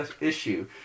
issue